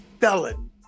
felon